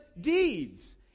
deeds